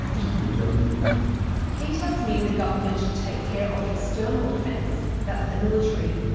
mr. big government? he tells me the government should take care of external defence. that's the military.